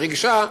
היא רגישה,